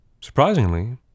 surprisingly